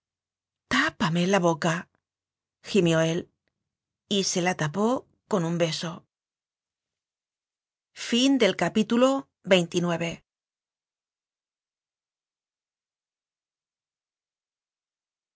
hija tápame la boca gimió él y se la tapó con un beso